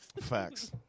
Facts